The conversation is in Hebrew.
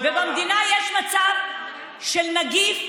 במדינה יש מצב של נגיף,